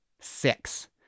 six